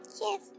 yes